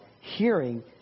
hearing